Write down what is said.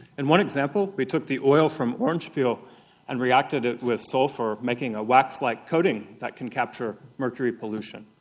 in one example we took the oil from orange peel and reacted it with sulphur, making a wax-like coating that can capture mercury pollution.